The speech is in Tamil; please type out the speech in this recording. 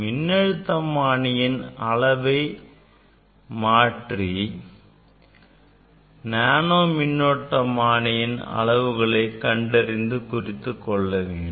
மின்னழுத்தமானியின் அளவை மாற்றி நேனோ மின்னோட்டமனியின் அளவுகளை கண்டறிந்து குறித்துக் கொள்ள வேண்டும்